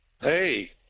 Hey